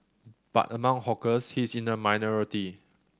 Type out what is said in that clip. but among hawkers he is in the minority